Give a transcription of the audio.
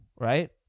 right